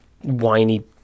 whiny